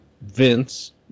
Vince